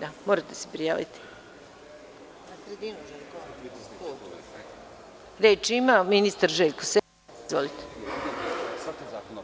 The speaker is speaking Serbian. (Da.) Reč ima ministar Željko Sertić, izvolite.